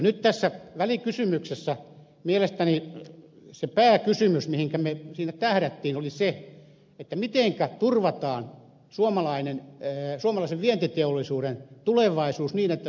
nyt tässä välikysymyksessä mielestäni se pääkysymys mihinkä me siinä tähdättiin oli se mitenkä turvataan suomalaisen vientiteollisuuden tulevaisuus niin että se on kilpailukykyinen